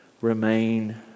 remain